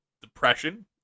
depression